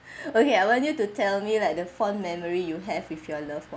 okay I want you to tell me like the fond memory you have with your loved